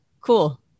cool